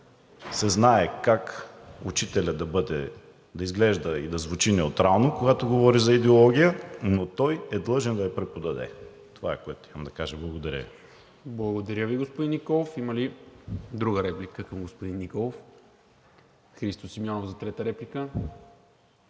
се знае как учителят да изглежда и да звучи неутрално, когато говори за идеология, но той е длъжен да я преподаде. Това е, което искам да кажа. Благодаря Ви. ПРЕДСЕДАТЕЛ НИКОЛА МИНЧЕВ: Благодаря Ви, господин Николов. Има ли друга реплика към господин Николов? Христо Симеонов за трета реплика.